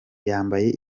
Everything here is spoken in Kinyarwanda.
yambaye